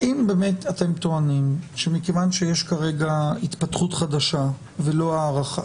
אם באמת אתם טוענים שמכיוון שיש כרגע התפתחות חדשה ולא הארכה,